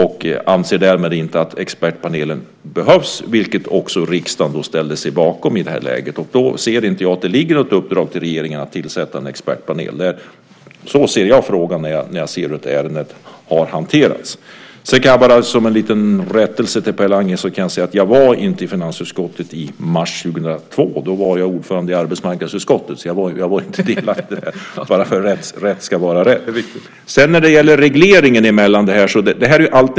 Man anser därmed inte att expertpanelen behövs, vilket också riksdagen ställde sig bakom i det läget. Då anser inte jag att det ligger något uppdrag till regeringen att tillsätta en expertpanel. Så ser jag på frågan när jag tagit del av hur ärendet har hanterats. Sedan kan jag bara som en liten rättelse till Per Landgren säga att jag inte tillhörde finansutskottet i mars 2002. Då var jag ordförande i arbetsmarknadsutskottet. Jag var alltså inte delaktig i det här. Rätt ska vara rätt.